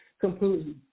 completely